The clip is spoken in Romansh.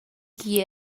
ch’igl